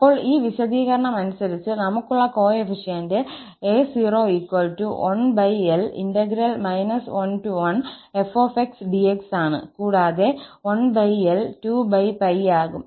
അപ്പോൾ ഈ വിശദീകരണം അനുസരിച് നമുക്കുള്ള കോഎഫിഷ്യന്റ് 𝑎0 1l 11𝑓𝑥𝑑𝑥 ആണ് കൂടാതെ 1l 2𝜋 ആകും